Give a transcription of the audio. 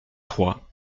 trois